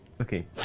Okay